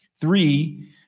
Three